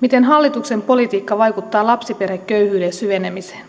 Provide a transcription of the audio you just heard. miten hallituksen politiikka vaikuttaa lapsiperheköyhyyden syvenemiseen